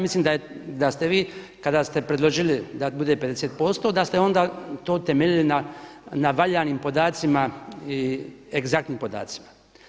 Mislim da ste vi kada ste predložili da bude 50% da ste onda to temeljili na valjanim podacima i egzaktnim podacima.